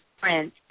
print